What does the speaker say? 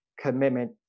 commitment